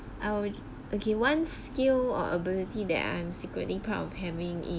I would okay one skill or ability that I'm secretly proud of having